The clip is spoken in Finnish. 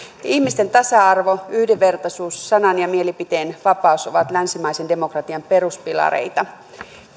ihmisten tasa arvo yhdenvertaisuus sanan ja mielipiteenvapaus ovat länsimaisen demokratian peruspilareita